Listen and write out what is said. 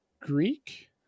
Greek